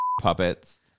puppets